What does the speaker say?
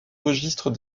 registre